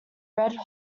red